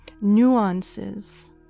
nuances